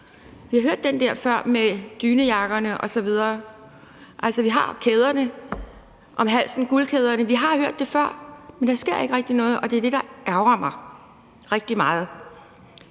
Vi har hørt den der før om folk med dynejakkerne på og guldkæderne om halsen. Vi har hørt det før, men der sker ikke rigtig noget, og det er det, der ærgrer mig rigtig meget.